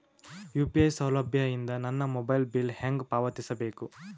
UPI ಸೌಲಭ್ಯ ಇಂದ ನನ್ನ ಮೊಬೈಲ್ ಬಿಲ್ ಹೆಂಗ್ ಪಾವತಿಸ ಬೇಕು?